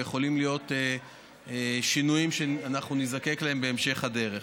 ויכולים להיות שינויים שאנחנו נזדקק להם בהמשך הדרך.